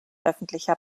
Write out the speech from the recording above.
öffentlicher